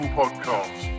podcast